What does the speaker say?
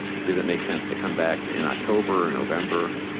does it make sense to come back in october or november?